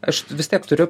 aš vis tiek turiu